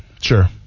Sure